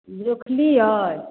लिखलियै